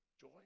joy